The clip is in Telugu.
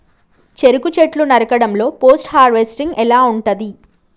చెరుకు చెట్లు నరకడం లో పోస్ట్ హార్వెస్టింగ్ ఎలా ఉంటది?